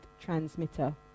transmitter